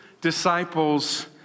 disciples